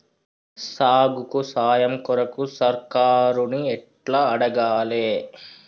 సాగుకు సాయం కొరకు సర్కారుని ఎట్ల అడగాలే?